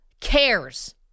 cares